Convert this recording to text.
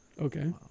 Okay